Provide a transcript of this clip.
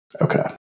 Okay